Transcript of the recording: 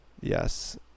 yes